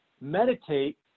Meditate